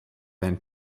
than